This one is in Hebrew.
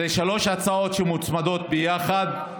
אלו שלוש הצבעות שמוצמדות ביחד,